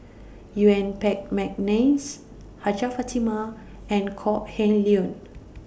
Yuen Peng Mcneice Hajjah Fatimah and Kok Heng Leun